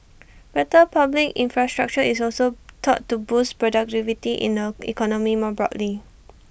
better public infrastructure is also thought to boost productivity in the economy more broadly